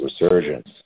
resurgence